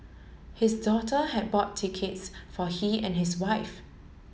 his daughter had bought tickets for he and his wife